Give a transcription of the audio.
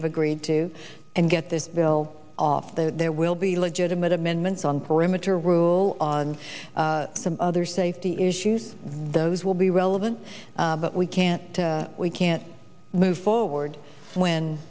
have agreed to and get this bill off though there will be legitimate amendments on perimeter road well on some other safety issues those will be relevant but we can't we can't move forward when